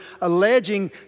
alleging